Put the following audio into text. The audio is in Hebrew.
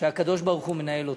שהקדוש-ברוך-הוא מנהל אותה,